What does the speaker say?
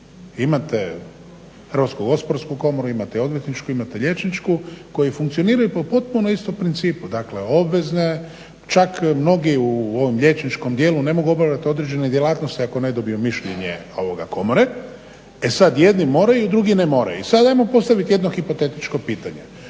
Imate Hrvatsku gospodarsku komoru, imate odvjetničku, imate liječničku koje funkcioniraju po potpuno istom principu, dakle obvezne, čak mnogi u ovom liječničkom dijelu ne mogu obavljat određene djelatnosti ako ne dobiju mišljenje komore. E sad jedni moraju, drugi ne moraju i sad ajmo postavit jedno hipotetičko pitanje: